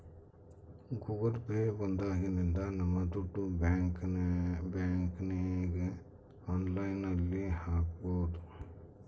Google Pay ಬಂದಾಗಿನಿಂದ ನಮ್ ದುಡ್ಡು ಬ್ಯಾಂಕ್ಗೆ ಆನ್ಲೈನ್ ಅಲ್ಲಿ ಹಾಕ್ಬೋದು